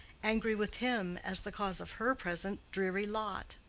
angry with him as the cause of her present dreary lot.